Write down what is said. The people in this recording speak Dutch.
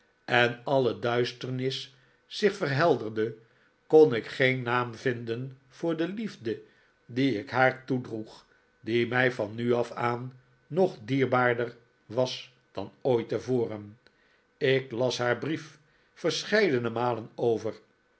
en alle duisternis zich vrhelderde kon ik geen naam vinden vcor de liefde die ik haar toedroeg die mij van nu af aan nog dierbaarder was dan ooit tevoren ik las haar brief verscheidene malen over